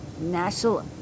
National